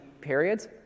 periods